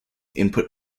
input